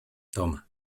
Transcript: toma